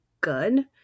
good